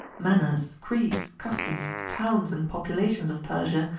manners, creeds, customs, towns, and populations of persia,